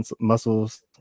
muscles